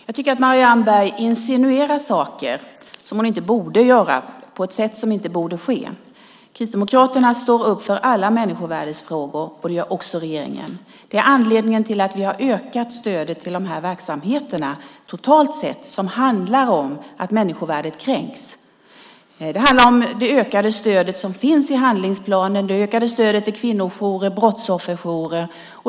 Fru talman! Marianne Berg insinuerar saker som hon inte borde göra på ett sätt som inte borde ske. Kristdemokraterna och regeringen står upp för alla människovärdesfrågor. Det är anledningen till att vi totalt sett har ökat stödet till de verksamheter som motverkar kränkt människovärde. Det handlar om det ökade stödet som finns i handlingsplanen och det ökade stödet till kvinnojourer och brottsofferjourer.